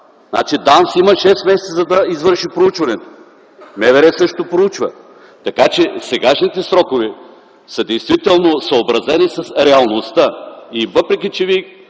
Значи ДАНС има 6 месеца, за да извърши проучването. МВР също проучва. Така че сегашните срокове са действително съобразени с реалността. Въпреки че Вие